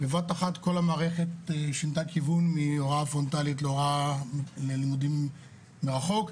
בבת אחת כל המערכת שינתה כיוון מהוראה פרונטלית ללימודים מרחוק.